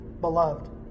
Beloved